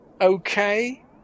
okay